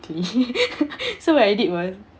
so what I did was